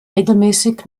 regelmäßig